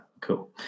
Cool